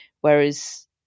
whereas